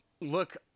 Look